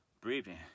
breathing